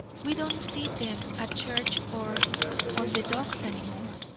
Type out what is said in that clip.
we don't see them at church or on the docks any more.